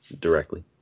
directly